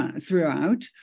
throughout